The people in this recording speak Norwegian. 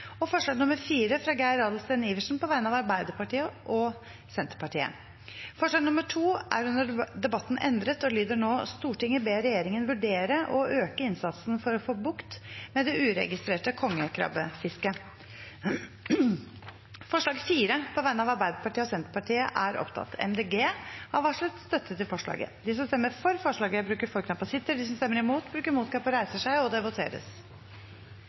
og Sosialistisk Venstreparti forslag nr. 4, fra Geir Adelsten Iversen på vegne av Arbeiderpartiet og Senterpartiet Forslag nr. 2, fra Arbeiderpartiet, Senterpartiet og Sosialistisk Venstreparti, er under debatten endret og lyder nå: «Stortinget ber regjeringen vurdere å øke innsatsen for å få bukt med det uregistrerte kongekrabbefisket.» Det voteres over forslag nr. 4, fra Arbeiderpartiet og Senterpartiet. Forslaget lyder: «Stortinget ber regjeringen utrede å endre vilkårene for å kunne delta i kongekrabbefisket i det kvoteregulerte området i Øst-Finnmark , slik at også fartøy som er